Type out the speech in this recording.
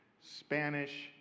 Spanish